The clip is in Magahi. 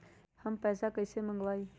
हम पैसा कईसे मंगवाई?